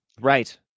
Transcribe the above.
right